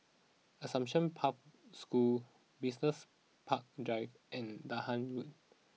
Assumption Pathway School Business Park Drive and Dahan Road